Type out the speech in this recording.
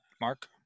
Mark